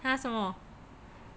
!huh! 什么